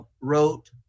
wrote